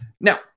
Now